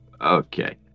Okay